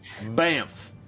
Bamf